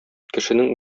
кешенең